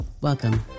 welcome